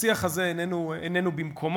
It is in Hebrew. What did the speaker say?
השיח הזה איננו במקומו.